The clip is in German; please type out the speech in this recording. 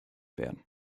werden